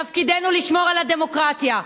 תפקידנו לשמור על הדמוקרטיה,